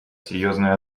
серьезную